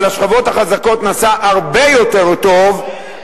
אבל לשכבות החזקות נעשה הרבה יותר טוב,